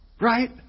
Right